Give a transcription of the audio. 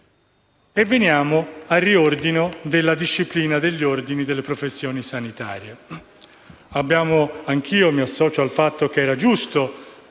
3, recante il riordino della disciplina degli Ordini e delle professioni sanitarie.